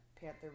Panther